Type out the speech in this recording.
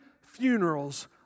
funerals